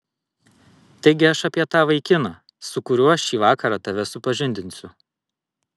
taigi aš apie tą vaikiną su kuriuo šį vakarą tave supažindinsiu